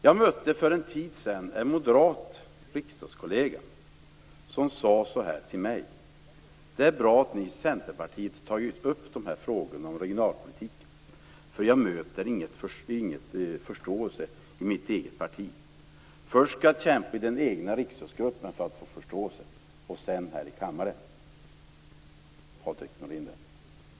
Jag mötte för en tid sedan en moderat riksdagskollega som sade så här till mig: Det är bra att ni i Centerpartiet har tagit upp dessa frågor om regionalpolitiken, för jag möter ingen förståelse i mitt eget parti. Först skall jag kämpa i den egna riksdagsgruppen för att få förståelse, och sedan här i kammaren.